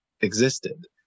existed